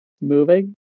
moving